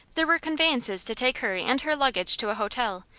there were conveyances to take her and her luggage to a hotel,